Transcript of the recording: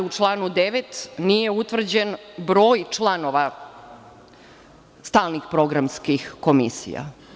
U članu 9. nije utvrđen broj članova stalnih programskih komisija.